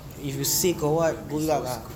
you you will be so screwed